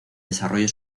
desarrollo